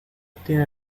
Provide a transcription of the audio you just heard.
tiene